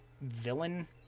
Villain